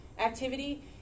activity